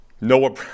Noah